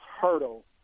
hurdle